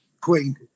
Queen